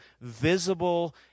visible